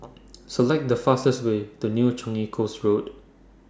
Select The fastest Way to New Changi Coast Road